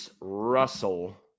Russell